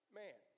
man